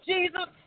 Jesus